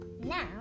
Now